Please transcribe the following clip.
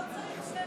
לא צריך שמית.